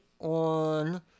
on